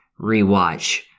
rewatch